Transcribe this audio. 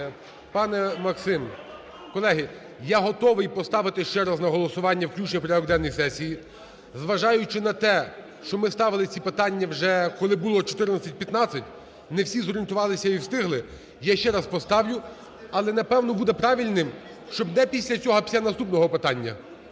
Пане Максиме, колеги, я готовий поставити ще раз на голосування включення в порядок денний сесії, зважаючи на те, що ми ставили ці питання вже, коли було 14:15, не всі з орієнтувалися і встигли. Я ще раз поставлю, але, напевно, буде правильним, щоб не після цього, а після наступного питання.